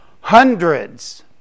Hundreds